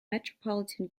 metropolitan